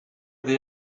the